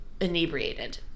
inebriated